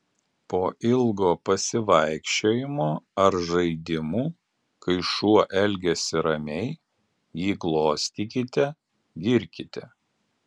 po ilgo pasivaikščiojimo ar žaidimų kai šuo elgiasi ramiai jį glostykite girkite